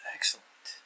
Excellent